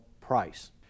price